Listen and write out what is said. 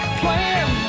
plan